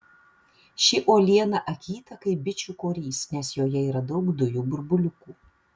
ši uoliena akyta kaip bičių korys nes joje yra daug dujų burbuliukų